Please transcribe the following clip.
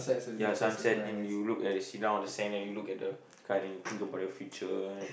yeah sunset and you look at sit down on the sand and you look at the sky then you think about the future